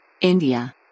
India